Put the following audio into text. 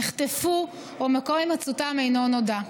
נחטפו או מקום הימצאותם אינו נודע.